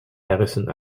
harrison